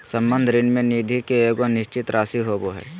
संबंध ऋण में निधि के एगो निश्चित राशि हो सको हइ